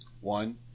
One